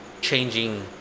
changing